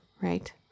right